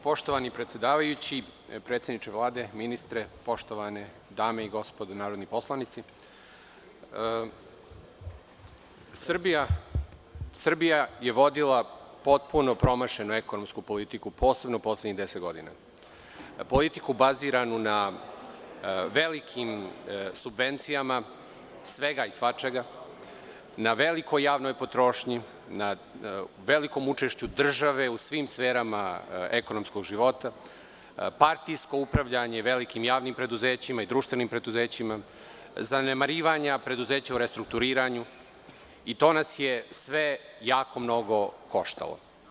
Poštovani predsedavajući, predsedniče Vlade, ministre, poštovane dame i gospodo narodni poslanici, Srbija je vodila potpuno promašenu ekonomsku politiku, posebno poslednjih 10 godina, politiku baziranu na velikim subvencijama svega i svačega, na velikoj javnoj potrošnji, na velikom učešću države u svim sferama ekonomskog života, partijskom upravljanju velikim javnim preduzećima i društvenim preduzećima, zanemarivanju preduzeća u restrukturiranju i to nas je sve jako mnogo koštalo.